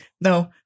no